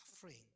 suffering